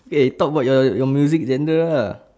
eh talk about your your music genre uh